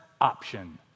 option